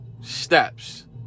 steps